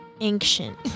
ancient